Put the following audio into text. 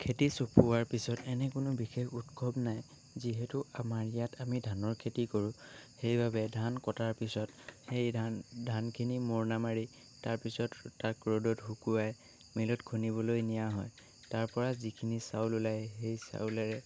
খেতি চপোৱাৰ পিছত এনে কোনো উৎসৱ নাই যিহেতু আমাৰ ইয়াত আমি ধানৰ খেতি কৰোঁ সেইবাবে ধান কটাৰ পিছত সেই ধান ধানখিনি মৰণা মাৰি তাৰ পিছত তাক ৰ'দত শুকোৱাই মিলত খুন্দিবলৈ নিয়া হয় তাৰ পৰা যিখিনি চাউল ওলায় সেই চাউলেৰে